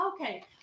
Okay